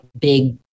big